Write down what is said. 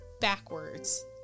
backwards